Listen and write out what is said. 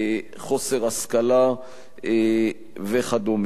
חוסר השכלה וכדומה.